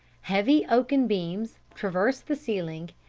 heavy oaken beams traversed the ceiling,